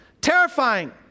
terrifying